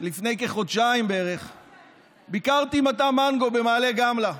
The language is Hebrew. שלפני כחודשיים ביקרתי במטע מנגו במעלה גמלא,